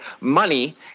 money